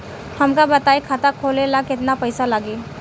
हमका बताई खाता खोले ला केतना पईसा लागी?